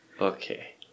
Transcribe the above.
Okay